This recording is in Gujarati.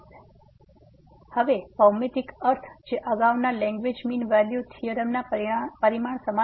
તેથી હવે ભૌમિતિક અર્થ જે અગાઉ ના લેંગરેંજ મીન વેલ્યુ થીયોરમના પરિણામ સમાન છે